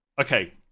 okay